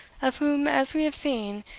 of whom, as we have seen,